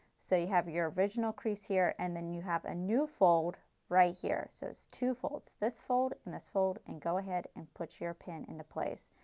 so you have your original crease here and then you have a new fold right here. so it's two folds, this fold and this fold and go ahead and put your pin into place.